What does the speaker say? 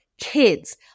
kids